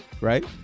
right